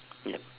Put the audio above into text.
yup